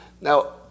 Now